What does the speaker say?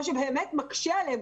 מה שמקשה עליהם,